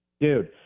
Dude